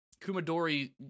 Kumadori